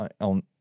on